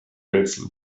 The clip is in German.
rätsel